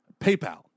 PayPal